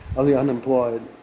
of the unemployed.